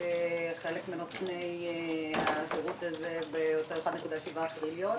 בחלק מנותני השירות הזה באותם 1.7 טריליון,